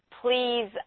please